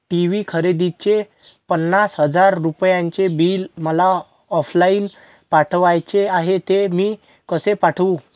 TV खरेदीचे पन्नास हजार रुपयांचे बिल मला ऑफलाईन पाठवायचे आहे, ते मी कसे पाठवू?